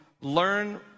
learn